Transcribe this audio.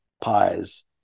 pies